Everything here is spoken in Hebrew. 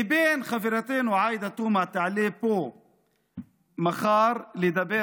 ובין חברתנו עאידה תומא שתעלה פה מחר לדבר